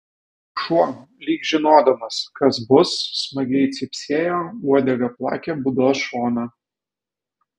šuo lyg žinodamas kas bus smagiai cypsėjo uodega plakė būdos šoną